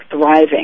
thriving